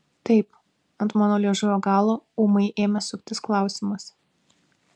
taip ant mano liežuvio galo ūmai ėmė suktis klausimas